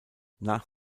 nach